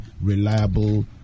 reliable